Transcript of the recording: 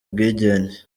ubwigenge